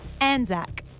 Anzac